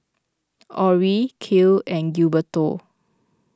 Orrie Kiel and Gilberto